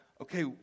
okay